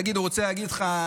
נגיד שהוא רוצה להגיד לך,